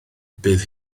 bydd